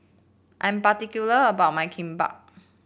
I am particular about my Kimbap